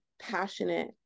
passionate